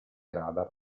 radar